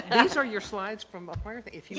and these are your slides from ah prior. yeah